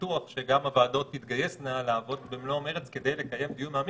בטוח שגם הוועדות תתגייסנה לעבוד במלוא המרץ כדי לקיים דיון מעמיק,